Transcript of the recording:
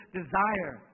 desire